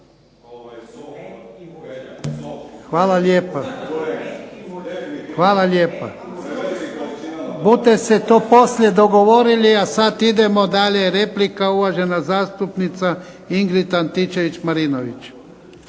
Ivan (HDZ)** Hvala lijepa. Bute se to poslije dogovorili, a sad idemo dalje. Replika, uvažena zastupnica Ingrid Antičević Marinović.